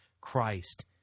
Christ